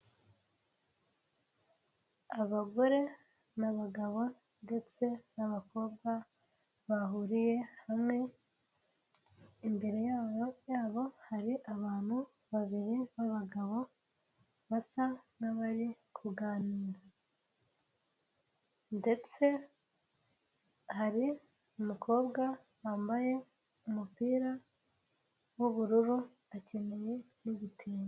Abagore n' nabagabo ndetse n'abakobwa bahuriye hamwe imbere yabo hari abantu babiri bab'abagabo basa nabari kuganira ndetse hari uwambaye umupira w'ubururu akenyeye igitenge.